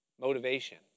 Motivation